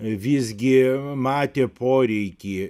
visgi matė poreikį